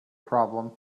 problem